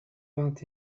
vingt